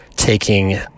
taking